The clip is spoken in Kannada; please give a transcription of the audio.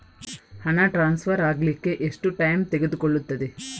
ಹಣ ಟ್ರಾನ್ಸ್ಫರ್ ಅಗ್ಲಿಕ್ಕೆ ಎಷ್ಟು ಟೈಮ್ ತೆಗೆದುಕೊಳ್ಳುತ್ತದೆ?